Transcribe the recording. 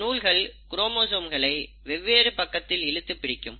இந்த நூல்கள் குரோமோசோம்களை வெவ்வேறு பக்கத்தில் இழுத்து பிடிக்கும்